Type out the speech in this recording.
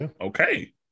okay